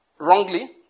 Wrongly